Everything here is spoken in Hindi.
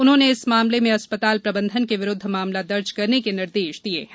उन्होंने इस मामले में अस्पताल प्रबंधन के विरूद्ध मामला दर्ज करने के निर्देश दिये हैं